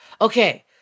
Okay